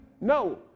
No